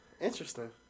Interesting